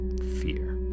fear